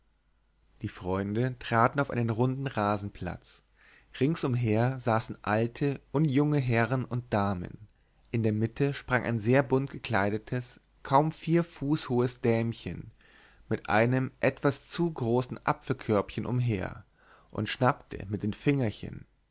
die freunde traten auf einen runden rasenplatz ringsumher saßen alte und junge herren und damen in der mitte sprang ein sehr bunt gekleidetes kaum vier fuß hohes dämchen mit einem etwas zu großen apfelköpfchen umher und schnappte mit den fingerchen